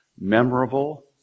memorable